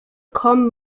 kommen